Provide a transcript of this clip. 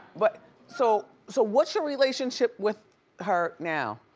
but so so what's your relationship with her now?